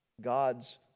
God's